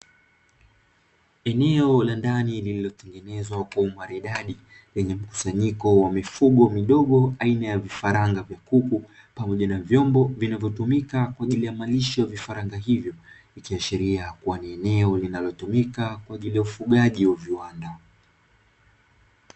Eneo la ndani lililotengenezwa kwa umaridadi, lenye mkusanyiko wa mifugo midogo aina ya vifaranga vya kuku pamoja na vyombo vinavyotumika kwa ajili ya malisho ya vifaranga hivyo. Ikiashiria kuwa ni eneo linalotumika kwa ajili ya ufugaji wa viwanda.